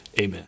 Amen